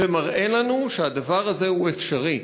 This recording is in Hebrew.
זה מראה לנו שהדבר הזה אפשרי,